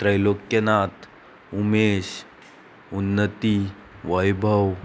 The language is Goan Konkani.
त्रलोक्यनाथ उमेश उन्नती वैभव